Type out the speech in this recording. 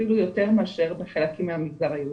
אפילו יותר מאשר בחלקים מהמגזר היהודי.